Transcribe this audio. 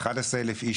שהיום מונה 11,000 איש,